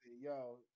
Yo